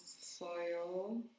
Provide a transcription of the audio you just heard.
soil